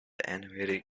animated